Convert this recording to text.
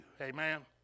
Amen